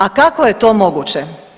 A kako je to moguće?